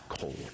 cold